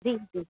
जी जी